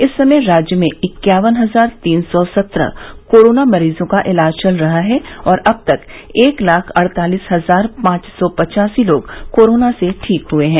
इस समय राज्य में इक्यावन हजार तीन सौ सत्रह कोरोना मरीजों का इलाज चल रहा है और अब तक एक लाख अड़तालिस हजार पांच सौ बयासी लोग कोरोना से ठीक हुए हैं